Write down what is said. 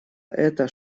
это